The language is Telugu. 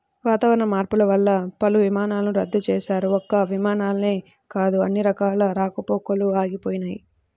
వాతావరణ మార్పులు వల్ల పలు విమానాలను రద్దు చేశారు, ఒక్క విమానాలే కాదు అన్ని రకాల రాకపోకలూ ఆగిపోయినయ్